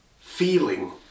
feeling